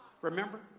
Remember